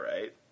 right